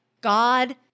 God